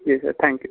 ji sir thank you